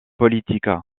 politique